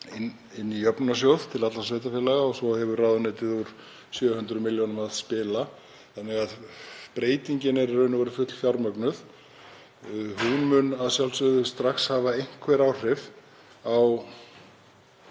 inn í jöfnunarsjóð til allra sveitarfélaga og svo hefur ráðuneytið úr 700 milljörðum að spila. Breytingin er því í raun og veru fullfjármögnuð. Hún mun að sjálfsögðu strax hafa einhver áhrif á